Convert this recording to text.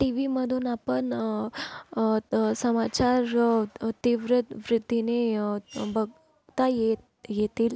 टीव्हीमधून आपण समाचार तीव्र वृत्तीने बघता येत येतील